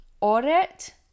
audit